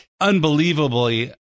unbelievably